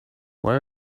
where